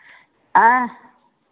आँय